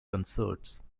concerts